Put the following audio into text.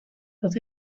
dat